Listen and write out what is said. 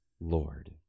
Lord